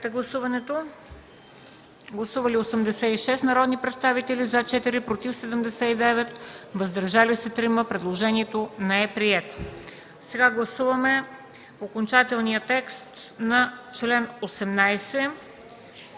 гласуваме окончателния текст на чл. 18